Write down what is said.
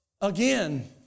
again